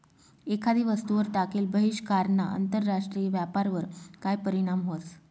एखादी वस्तूवर टाकेल बहिष्कारना आंतरराष्ट्रीय व्यापारवर काय परीणाम व्हस?